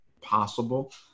possible